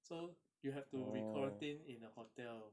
so you have to be quarantined in a hotel